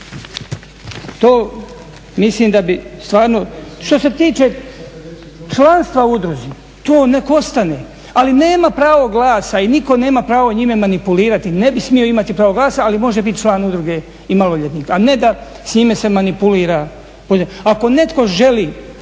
To mislim da bi stvarno. Što se tiče članstva u udruzi, to neka ostane, ali nema pravo glasa i nitko nema pravo njime manipulirati, ne bi smio imati pravo glasa, ali može biti član udruge i maloljetnik a ne da s njime se manipulira. Ako netko želi